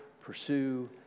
Pursue